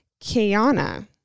Kiana